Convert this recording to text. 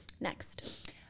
Next